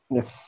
Yes